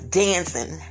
dancing